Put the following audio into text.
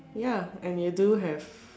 ya and you do have